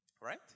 Right